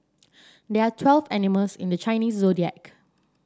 there are twelve animals in the Chinese Zodiac